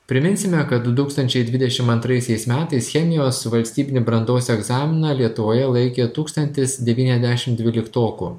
priminsime kad du tūkstančiai dvidešim antraisiais metais chemijos valstybinį brandos egzaminą lietuvoje laikė tūkstantis devyniasdešim dvyliktokų